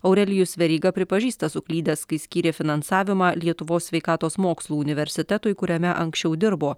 aurelijus veryga pripažįsta suklydęs kai skyrė finansavimą lietuvos sveikatos mokslų universitetui kuriame anksčiau dirbo